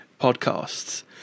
podcasts